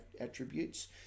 attributes